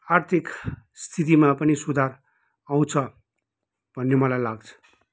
आर्थिक स्थितिमा पनि सुधार आउँछ भन्ने मलाई लाग्छ